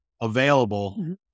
available